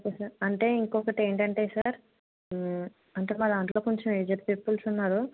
okay sir అంటే ఇంకొకటి ఏంటంటే సార్ అంటే మా దాంట్లో కొంచెం ఏజిడ్ పీపుల్స్ ఉన్నారు